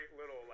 little